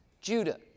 Judah